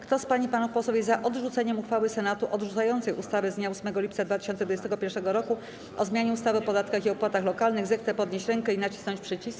Kto z pań i panów posłów jest za odrzuceniem uchwały Senatu odrzucającej ustawę z dnia 8 lipca 2021 r. o zmianie ustawy o podatkach i opłatach lokalnych, zechce podnieść rękę i nacisnąć przycisk.